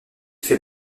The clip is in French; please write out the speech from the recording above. fait